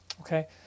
Okay